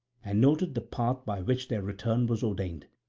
and noted the path by which their return was ordained.